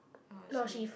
how was she